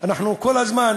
אנחנו כל הזמן